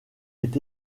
est